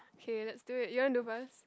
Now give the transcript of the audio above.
K let's do it you want do first